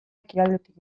ekialdetik